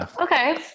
Okay